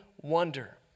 wonder